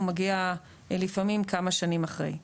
הוא מגיע לפעמים כמה שנים אחרי.